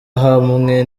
ahamwe